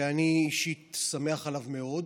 ואני אישית שמח עליו מאוד.